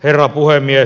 herra puhemies